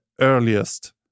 earliest